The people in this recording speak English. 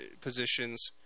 positions